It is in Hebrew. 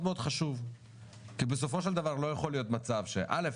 מאוד חשוב כי בסופו של דבר לא יכול להיות מצב ש-א',